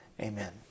Amen